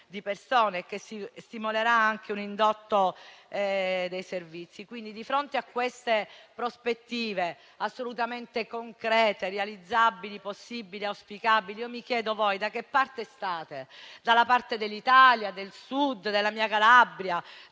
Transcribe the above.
di persone e ciò stimolerà anche un indotto dei servizi. Di fronte a queste prospettive assolutamente concrete, realizzabili, possibili e auspicabili, io mi chiedo da che parte state: se da quella dell'Italia, del Sud, della mia Calabria,